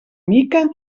mica